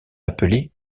appelées